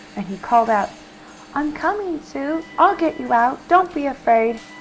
and he called out i'm coming, sue! i'll get you out! don't be afraid!